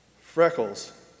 Freckles